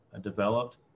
developed